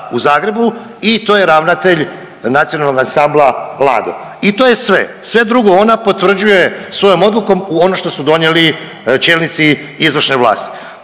u Zagrebu i to je ravnatelj Nacionalnog ansambla Lado i to je sve. Sve drugo ona potvrđuje svojom odlukom ono što su donijeli čelnici izvršne vlasti.